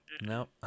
no